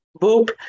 Boop